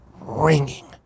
ringing